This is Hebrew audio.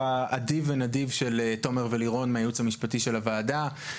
אדיב ונדיב של תומר ולירון מהייעוץ המשפטי של הוועדה.